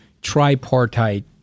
tripartite